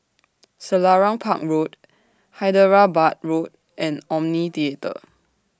Selarang Park Road Hyderabad Road and Omni Theatre